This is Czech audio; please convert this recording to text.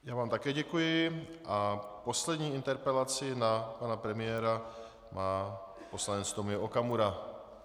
Já vám také děkuji a poslední interpelaci na pana premiéra má poslanec Tomio Okamura.